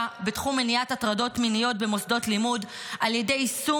בתחום מניעת הטרדות מיניות במוסדות לימוד על ידי יישום